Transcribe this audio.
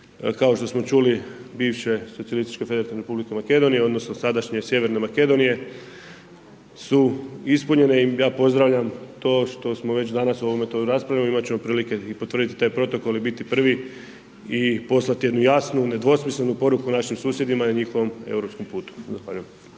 kao što smo čuli, bivše Socijalističke federativne republike Makedonije, odnosno sadašnje Sjeverne Makedonije su ispunjene i ja pozdravljam to što smo već danas o ovom to raspravili i imat ćemo prilike i potvrditi taj protokol i biti prvi i poslati jednu jasnu, nedvosmislenu poruku našim susjedima na njihovom europskom putu. Zahvaljujem.